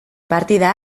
partida